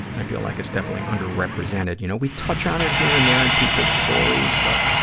i feel like it's definitely underrepresented. you know, we touch on it here and there in people's stories, but